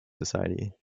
society